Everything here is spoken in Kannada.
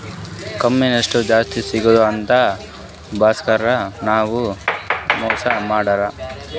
ಕಮಿಷನ್ ಜಾಸ್ತಿ ಸಿಗ್ತುದ ಅಂತ್ ಬ್ರೋಕರ್ ನವ್ರೆ ಮೋಸಾ ಮಾಡ್ತಾರ್